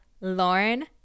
Lauren